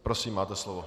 Prosím, máte slovo.